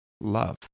love